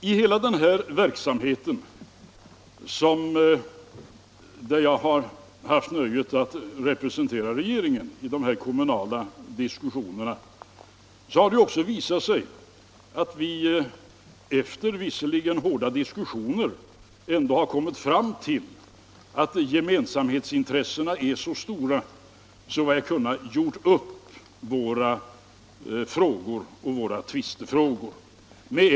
I hela denna verksamhet, där jag har haft nöjet att representera regeringen i de kommunala diskussionerna, har vi efter visserligen hårda diskussioner dock kommit fram till att gemensamhetsintressena är så stora att vi med ett enda undantag har kunnat lösa tvistefrågorna.